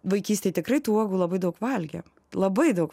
vaikystėj tikrai tų uogų labai daug valgėm labai daug